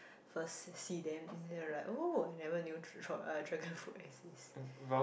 first see see them and then like oh I never knew tr~ tr~ uh dragonfruit exists